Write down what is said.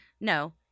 No